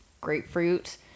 grapefruit